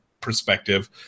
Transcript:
perspective